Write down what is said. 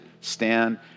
stand